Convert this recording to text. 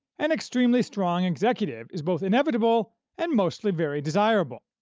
an extremely strong executive is both inevitable and mostly very desirable.